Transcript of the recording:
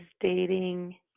dating